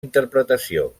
interpretació